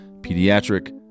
pediatric